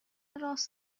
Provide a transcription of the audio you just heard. راست